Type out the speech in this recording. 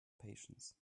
patience